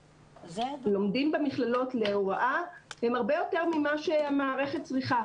הלומדים במכללות להוראה הם הרבה יותר ממה שהמערכת צריכה.